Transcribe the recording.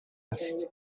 است